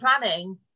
planning